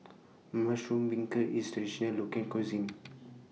Mushroom Beancurd IS Traditional Local Cuisine